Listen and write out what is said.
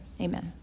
amen